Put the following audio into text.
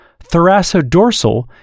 thoracodorsal